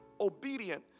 obedient